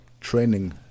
training